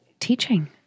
teaching